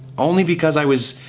only because i was.